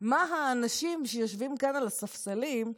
מה האנשים שיושבים כאן על הספסלים,